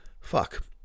Fuck